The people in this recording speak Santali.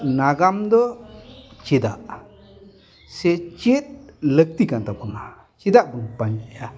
ᱱᱟᱜᱟᱢ ᱫᱚ ᱪᱮᱫᱟᱜ ᱥᱮ ᱪᱮᱫ ᱞᱟᱹᱠᱛᱤ ᱠᱟᱱ ᱛᱟᱵᱚᱱᱟ ᱪᱮᱫᱟᱜ ᱵᱚᱱ ᱯᱟᱸᱡᱟᱭᱟ